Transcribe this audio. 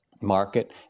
market